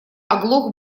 оглох